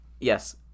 yes